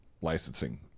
licensing